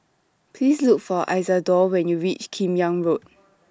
Please Look For Isidore when YOU REACH Kim Yam Road